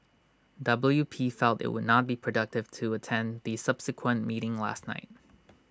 W P felt IT would not be productive to attend the subsequent meeting last night